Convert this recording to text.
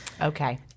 Okay